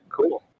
Cool